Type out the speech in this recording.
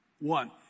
One